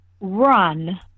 run